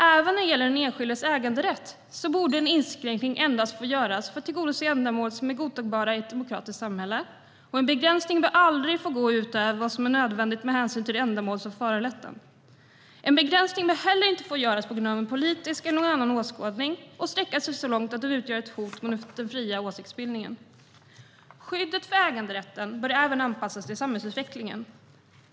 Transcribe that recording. Även när det gäller den enskildes äganderätt borde en inskränkning endast få göras för att tillgodose ändamål som är godtagbara i ett demokratiskt samhälle, och en begränsning bör aldrig få gå utöver vad som är nödvändigt med hänsyn till det ändamål som föranlett den. En begräsning bör inte heller få göras på grund av en politisk eller någon annan åskådning och sträcka sig så långt att den utgör ett hot mot den fria åsiktsbildningen. Skyddet för äganderätten bör även anpassas till samhällsutvecklingen.